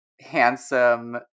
handsome